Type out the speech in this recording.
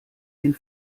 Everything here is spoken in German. den